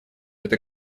это